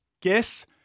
guess